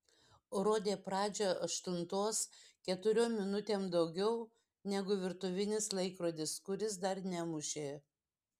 rodė pradžią aštuntos keturiom minutėm daugiau negu virtuvinis laikrodis kuris dar nemušė